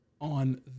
on